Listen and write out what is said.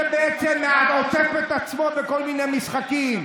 שבעצם מאז עוטף עצמו בכל מיני משחקים.